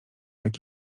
jak